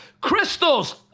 crystals